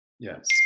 Yes